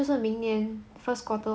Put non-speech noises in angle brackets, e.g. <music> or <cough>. <noise>